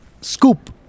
scoop